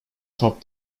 top